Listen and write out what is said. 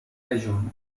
regione